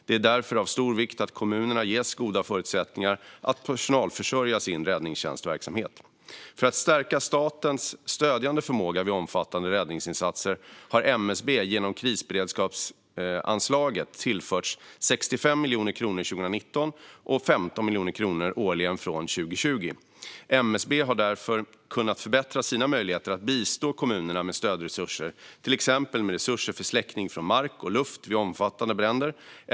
Det är därför av stor vikt att kommunerna ges goda förutsättningar att personalförsörja sin räddningstjänstverksamhet. För att stärka statens stödjande förmåga vid omfattande räddningsinsatser har MSB genom krisberedskapsanslaget tillförts 65 miljoner kronor 2019 och 15 miljoner kronor årligen från 2020. MSB har därför kunnat förbättra sina möjligheter att bistå kommunerna med stödresurser, till exempel med resurser för släckning från mark och luft vid omfattande bränder.